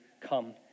come